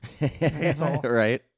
right